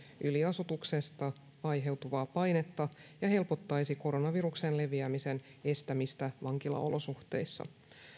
yliasutuksesta aiheutuvaa painetta ja helpottaisi koronaviruksen leviämisen estämistä vankilaolosuhteissa